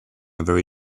very